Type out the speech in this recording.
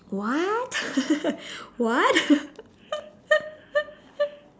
what what